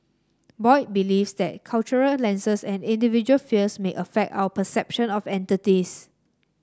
boy believes that cultural lenses and individual fears may affect our perception of entities